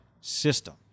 system